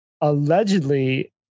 allegedly